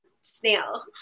snail